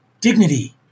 Dignity